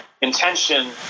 intention